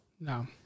No